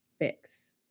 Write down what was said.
fix